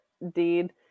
indeed